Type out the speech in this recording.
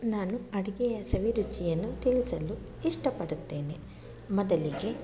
ನಾನು ಅಡುಗೆಯ ಸವಿರುಚಿಯನ್ನು ತಿಳಿಸಲು ಇಷ್ಟ ಪಡುತ್ತೇನೆ ಮೊದಲಿಗೆ